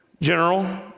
General